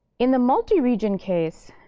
in the multi-region case,